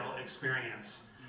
experience